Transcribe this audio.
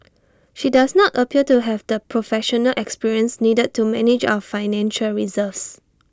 she does not appear to have the professional experience needed to manage our financial reserves